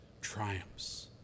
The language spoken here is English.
triumphs